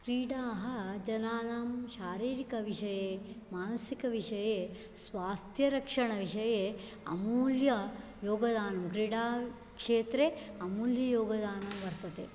क्रीडाः जनानां शारीरकविषये मानसिकविषये स्वास्थ्यरक्षणविषये अमूल्ययोगदानं क्रीडाक्षेत्रे अमूल्ययोगदानं वर्तते